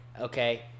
Okay